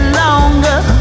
longer